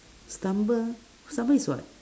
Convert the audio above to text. stumble stumble is what